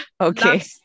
okay